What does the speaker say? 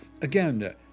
Again